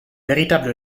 véritable